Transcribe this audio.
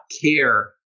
care